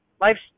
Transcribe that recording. Life's